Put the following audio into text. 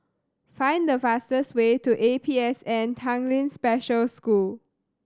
find the fastest way to A P S N Tanglin Special School